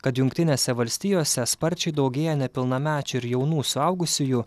kad jungtinėse valstijose sparčiai daugėja nepilnamečių ir jaunų suaugusiųjų